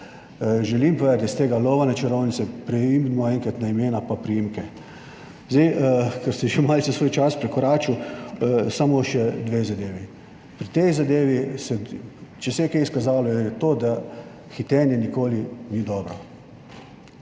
Želim povedati, da iz tega lova na čarovnice, preidimo enkrat na imena pa priimke. Zdaj, ker ste že malce svoj čas prekoračil, samo še dve zadevi. Pri tej zadevi, če se je kaj izkazalo, je to, da hitenje nikoli ni dobro.